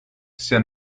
sia